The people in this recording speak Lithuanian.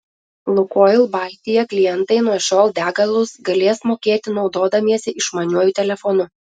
lukoil baltija klientai nuo šiol degalus galės mokėti naudodamiesi išmaniuoju telefonu